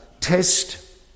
test